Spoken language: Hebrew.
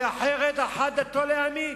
כי אחרת, אחת דתו: להמית.